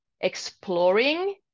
exploring